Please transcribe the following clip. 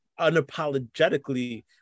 unapologetically